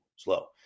slow